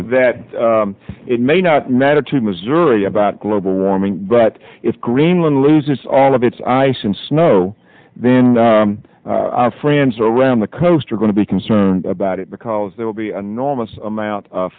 with that it may not matter to missouri about global warming but if greenland loses all of its ice and snow then friends around the coast are going to be concerned about it because there will be an enormous amount